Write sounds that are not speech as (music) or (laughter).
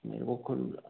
(unintelligible)